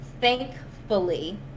thankfully